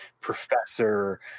professor